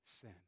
sin